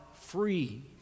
free